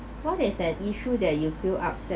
what is an issue that you feel upset